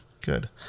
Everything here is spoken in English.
Good